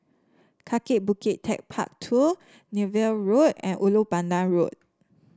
Kaki Bukit TechparK Two Niven Road and Ulu Pandan Road